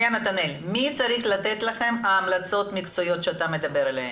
מי צריך לתת לכם את ההמלצות המקצועיות שאתה מדבר עליהן?